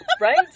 right